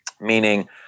meaning